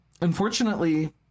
unfortunately